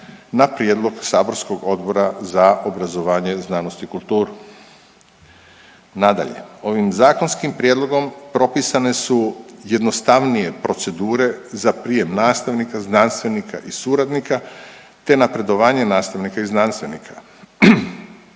na prijedlog saborskog Odbora za obrazovanje, znanost i kulturu. Nadalje, ovim zakonskim prijedlogom propisane su jednostavnije procedure za prijem nastavnika, znanstvenika i suradnika, te napredovanje nastavnika i znanstvenika.